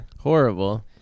horrible